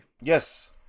Yes